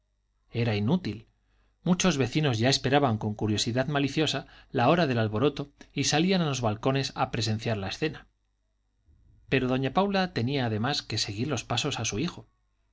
era inútil muchos vecinos ya esperaban con curiosidad maliciosa la hora del alboroto y salían a los balcones a presenciar la escena pero doña paula tenía además que seguir los pasos a su hijo